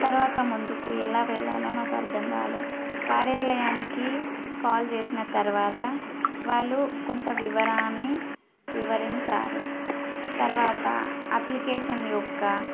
తరువాత ముందుకు ఎలా వెళ్ళాలో నాకు అర్థం కాలేదు కార్యాలయానికి కాల్ చేసిన తరువాత వాళ్ళు కొంత వివరాన్ని వివరించారు తరువాత అప్లికేషన్ యొక్క